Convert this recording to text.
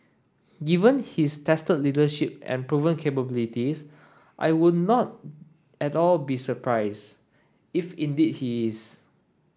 given his tested leadership and proven capabilities I would not at all be surprised if indeed he is